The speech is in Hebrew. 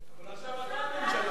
אבל עכשיו אתה הממשלה, לא?